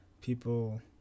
People